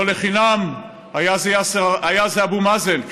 לא לחינם אבו מאזן,